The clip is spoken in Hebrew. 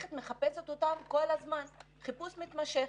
והמערכת מחפשת אותם חיפוש מתמשך.